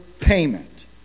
payment